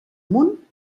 munt